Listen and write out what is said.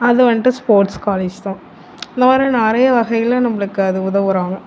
அது வந்துட்டு sports college தான் அந்த மாதிரி நிறைய வகைகள்ல நம்மளுக்கு அது உதவுறாங்க